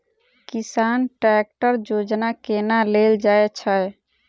किसान ट्रैकटर योजना केना लेल जाय छै?